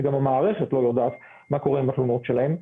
וגם המערכת לא יודעת מה קורה עם התלונות שלהם.